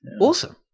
Awesome